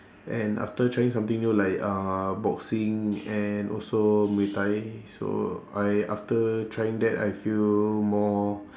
and after trying something new like uh boxing and also muay thai so I after trying that I feel more